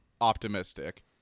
optimistic